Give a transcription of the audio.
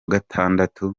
gatandatu